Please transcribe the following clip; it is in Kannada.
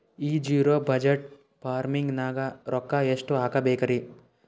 ಈ ಜಿರೊ ಬಜಟ್ ಫಾರ್ಮಿಂಗ್ ನಾಗ್ ರೊಕ್ಕ ಎಷ್ಟು ಹಾಕಬೇಕರಿ?